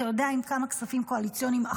אתה יודע כמה כספים קואליציוניים,